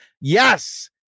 Yes